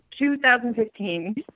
2015